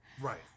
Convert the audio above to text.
right